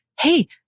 hey